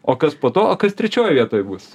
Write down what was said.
o kas po to o kas trečioj vietoj bus